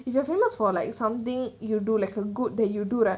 if you are famous for like something you do like a good that you do right